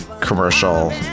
commercial